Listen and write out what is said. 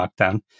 lockdown